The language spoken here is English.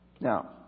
Now